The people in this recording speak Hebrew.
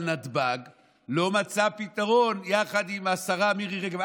נתב"ג לא מצא פתרון יחד עם השרה מירי רגב,